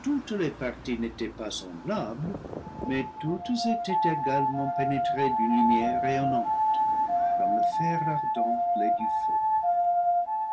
toutes les parties n'étaient pas semblables mais toutes étaient également pénétrées d'une lumière rayonnante comme le fer ardent l'est du feu